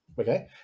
Okay